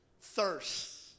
thirst